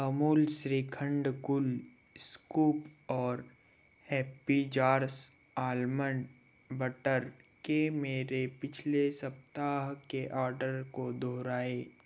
Amul shrikhand cool scoop और happy jars almond butter के मेरे पिछले सप्ताह के आर्डर को दोहराएँ